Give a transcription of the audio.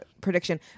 Prediction